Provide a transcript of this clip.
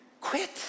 quit